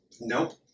Nope